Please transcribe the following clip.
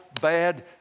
bad